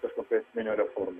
kažkokių esminių reformų